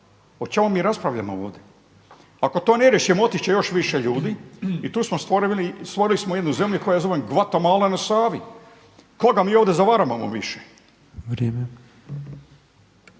O čemu mi raspravljamo ovdje? Ako to ne riješimo otići će još više ljudi i tu smo stvorili, stvorili smo jednu zemlju koju ja zovem Gvatamala na Savi. Koga mi ovdje zavaravamo više?